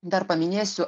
dar paminėsiu